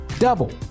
Double